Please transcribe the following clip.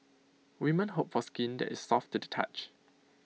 women hope for skin that is soft to the touch